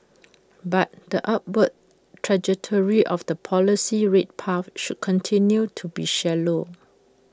but the upward trajectory of the policy rate path should continue to be shallow